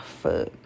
fuck